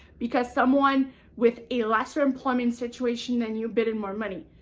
because someone with a lesser employment situation than you bid and more money.